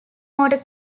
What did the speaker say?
motor